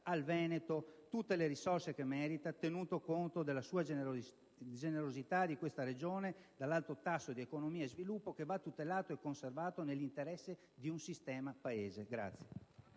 al Veneto tutte le risorse che merita, tenuto conto della generosità di questa Regione e del suo alto tasso di economia e di sviluppo, che va tutelato e conservato nell'interesse del sistema Paese.